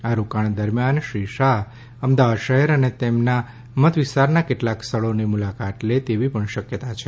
આ રોકાણ દરમિયાન શ્રી અમિત શાહ અમદાવાદ શહેર અને તેમના મત વિસ્તારના કેટલાક સ્થળોની મુલાકાત લે તેવી પણ શકયતા છે